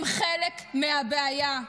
הם חלק מהבעיה.